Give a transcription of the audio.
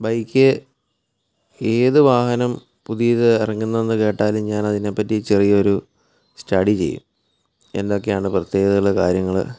bike ഏത് വാഹനം പുതിയത് ഇറങ്ങുന്നുവെന്ന് കേട്ടാലും ഞാൻ അതിനെ പറ്റി ചെറിയൊരു സ്റ്റഡി ചെയ്യും എന്തൊക്കെയാണ് പ്രത്യേകതകൾ കാര്യങ്ങൾ